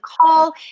call